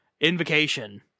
Invocation